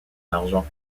argent